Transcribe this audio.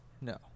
No